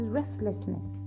restlessness